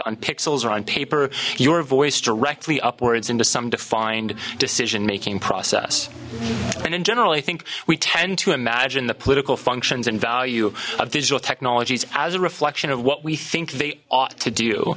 on pixels or on paper your voice directly upwards into some defined decision making process and in general i think we tend to imagine the political functions and value of digital technologies as a reflection of what we think they ought to do